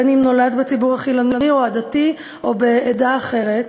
בין שהוא נולד בציבור החילוני ובין שהוא נולד בציבור הדתי או בעדה אחרת,